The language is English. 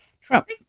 Trump